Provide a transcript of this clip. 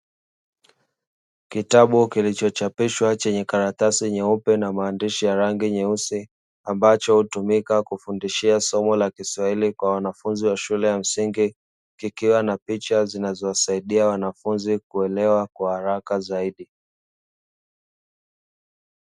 Kitabu kilichochapishwa chenye karatasi nyeupe na maandishi ya rangi nyeusi, ambacho hutumika kufundishia somo la kiswahili kwa wanafunzi wa shule ya msingi kikiwa na picha zinazowasaidia wanafunzi kuelewa kwa haraka zaidi.